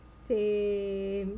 same